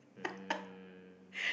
um